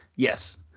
Yes